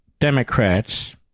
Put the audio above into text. Democrats